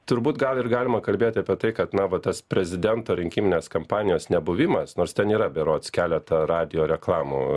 turbūt gal ir galima kalbėti apie tai kad na va tas prezidento rinkiminės kampanijos nebuvimas nors ten yra berods keletą radijo reklamų